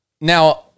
Now